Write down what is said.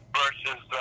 versus